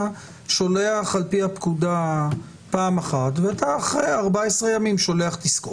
שולח על פי הפקודה פעם אחת ואחרי 14 ימים שולח תזכורת.